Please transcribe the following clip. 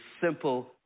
simple